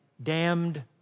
Damned